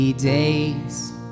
days